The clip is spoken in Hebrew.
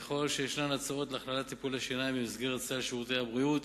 ככל שיש הצעות להכללת טיפולי שיניים במסגרת סל שירותי הבריאות,